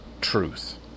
truth